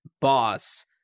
boss